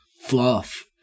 fluff